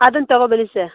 ಅದನ್ನ ತಗೊಂಬನ್ನಿ ಸರ್